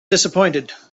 disappointed